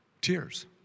Tears